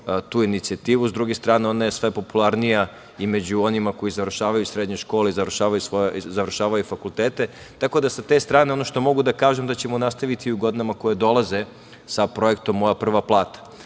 tu inicijativu, a sa druge strane ona je sve popularnija i među onima koji završavaju srednje škole i završavaju fakultete, tako da sa te strane ono što mogu da kažem, da ćemo nastaviti i u godinama koje dolaze sa projektom Moja prva plata. Vaše